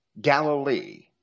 Galilee